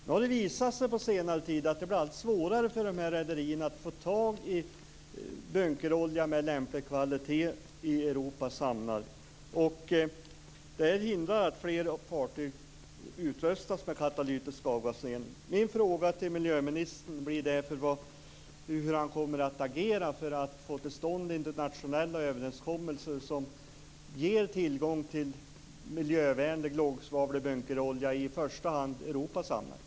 På senare tid har det visat sig att det blir allt svårare för dessa rederier att få tag i bunkerolja med lämplig kvalitet i Europas hamnar. Det hindrar att fler fartyg utrustas med katalytisk avgasrening. Min fråga till miljöministern blir därför hur han kommer att agera för att få till stånd internationella överenskommelser som ger tillgång till miljövänlig, lågsvavlig bunkerolja, i första hand i Europas hamnar.